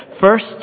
First